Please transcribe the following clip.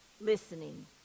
listening